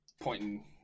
pointing